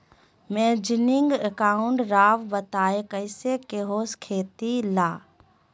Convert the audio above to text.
Managing account राव बताएं कैसे के हो खेती ला?